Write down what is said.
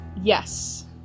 Yes